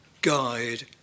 guide